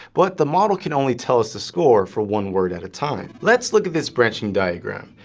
but the model can only tell us the score for one word at a time. let's look at this branching diagram.